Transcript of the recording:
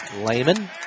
Layman